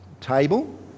table